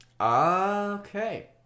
Okay